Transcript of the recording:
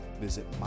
visit